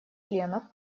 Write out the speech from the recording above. членов